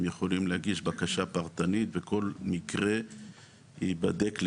הם יכולים להגיש בקשה פרטנית וכל מקרה ייבדק לגופו.